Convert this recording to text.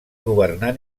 governar